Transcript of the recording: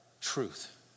truth